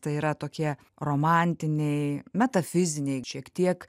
tai yra tokie romantiniai metafiziniai šiek tiek